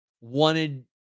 wanted